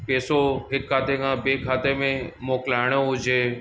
पैसो हिकु खाते खां ॿिए खाते में मोकिलाइणो हुजे